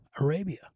Arabia